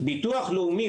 את רוב החברות.